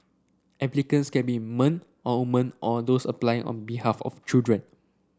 applicants can be man or woman or those applying on behalf of children